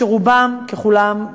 שרובם ככולם,